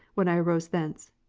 when i arose thence.